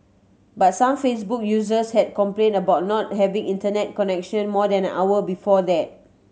but some Facebook users had complained about not having Internet connection more than an hour before that